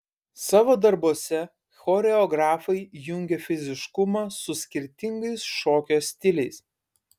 savo darbuose choreografai jungia fiziškumą su skirtingais šokio stiliais